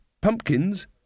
pumpkins